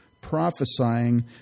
prophesying